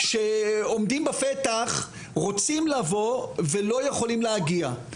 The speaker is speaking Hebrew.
שעומדים בפתח, רוצים לבוא, ולא יכולים להגיע.